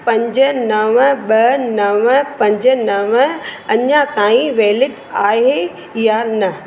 पंज नव ॿ नव पंज नव अञा ताईं वैलिड आहे या न